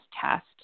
test